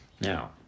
Now